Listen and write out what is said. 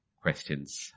Questions